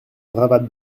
bravade